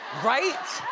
right?